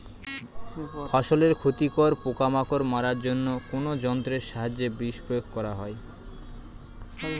ফসলের ক্ষতিকর পোকামাকড় মারার জন্য কোন যন্ত্রের সাহায্যে বিষ প্রয়োগ করা হয়?